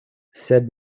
sed